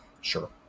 sure